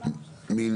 מי